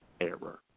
error